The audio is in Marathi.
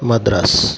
मद्रास